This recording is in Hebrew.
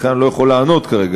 לכן, אני לא יכול לענות כרגע.